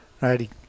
right